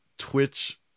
twitch